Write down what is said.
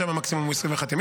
שם המקסימום הוא 21 ימים,